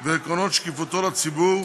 ועקרונות שקיפותו לציבור,